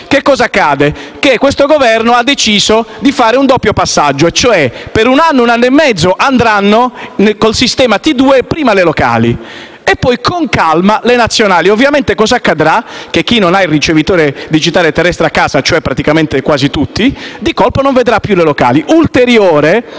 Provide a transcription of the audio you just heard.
DVB-T2. Accade che questo Governo ha deciso di fare un doppio passaggio: per un anno o un anno e mezzo passeranno al sistema DVB-T2 prima le locali, e poi con calma seguiranno le nazionali. Ovviamente accadrà che chi non ha il ricevitore digitale terrestre DVB-T2 a casa, praticamente quasi tutti, di colpo non vedrà più le locali.